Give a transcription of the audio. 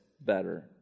better